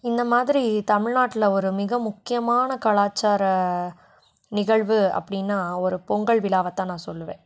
இந்த மாதிரி தமிழ்நாட்டில் ஒரு மிக முக்கியமான கலாச்சார நிகழ்வு அப்படின்னா ஒரு பொங்கல் விழாவைத்தான் நான் சொல்லுவேன்